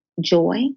joy